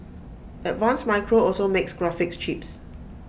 advanced micro also makes graphics chips